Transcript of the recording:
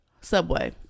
Subway